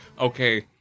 Okay